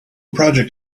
project